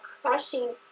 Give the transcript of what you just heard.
crushing